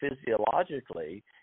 physiologically